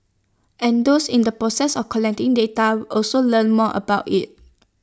and those in the process of collecting data also learn more about IT